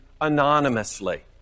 anonymously